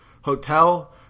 hotel